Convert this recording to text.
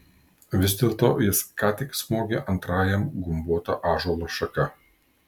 vis dėlto jis ką tik smogė antrajam gumbuota ąžuolo šaka